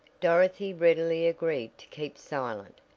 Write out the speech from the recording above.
dorothy readily agreed to keep silent,